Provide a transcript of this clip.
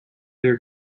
their